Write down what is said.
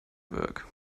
work